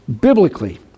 biblically